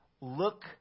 Look